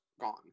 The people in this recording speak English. gone